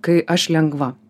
kai aš lengva